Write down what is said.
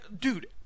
Dude